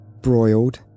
broiled